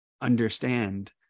understand